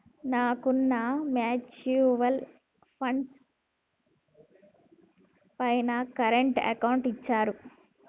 నాకున్న mutual funds పైన current account ఇచ్చారు